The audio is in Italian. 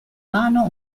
mano